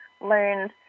learned